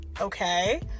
okay